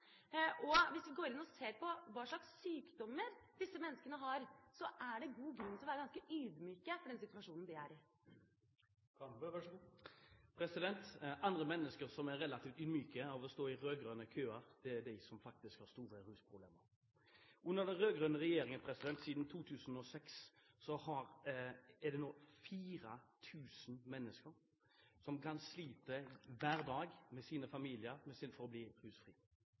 og hvis vi går inn og ser på hva slags sykdommer disse menneskene har, så er det god grunn til å være ganske ydmyk overfor den situasjonen de er i. Andre mennesker som er relativt ydmyke av å stå i rød-grønne køer, er de som faktisk har store rusproblemer. Under den rød-grønne regjeringen, siden 2006, er det nå 4 000 mennesker som kan slite hver dag, med sine familier, istedenfor å bli rusfri.